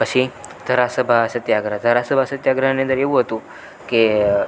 પછી ધરાસણા સત્યાગ્રહ ધરાસણા સત્યાગ્રહની અંદર એવું હતું કે